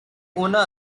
owner